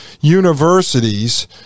universities